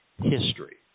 history